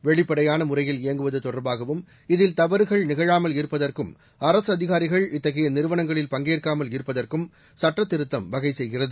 வெளிப்படையான முறைப்படுத்துவதற்கான முறையில் இயங்குவது தொடர்பாகவும் இதில் தவறுகள் நிகழாமல் இருப்பதற்கும் அரசு அதிகாரிகள் இத்தகைய நிறுவனங்களில் பங்கேற்காமல் இருப்பதற்கும் சுட்ட திருத்தம் வகை செய்கிறது